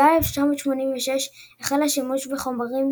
במונדיאל 1986 החל השימוש בחומרים